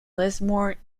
lismore